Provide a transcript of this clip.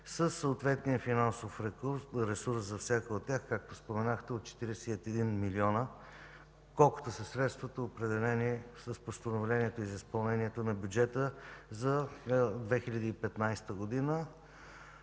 съответния финансов ресурс за всяка от тях, както споменахте, от 41 милиона, колкото са средствата, определени с Постановлението за изпълнението на бюджета за 2015 г.,